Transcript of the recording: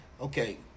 okay